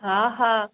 हा हा